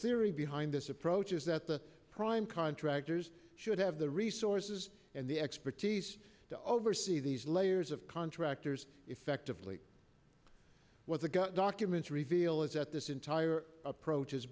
theory behind this approach is that the prime contractors should have the resources and the expertise to oversee these layers of contractors effectively was the gut documents reveal it at this entire approach